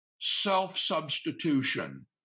self-substitution